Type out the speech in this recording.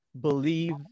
believe